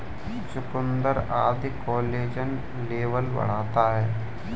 चुकुन्दर आदि collagen level बढ़ाता है